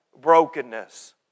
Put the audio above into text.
brokenness